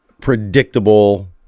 predictable